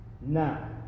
Now